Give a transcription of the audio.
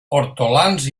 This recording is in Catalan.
hortolans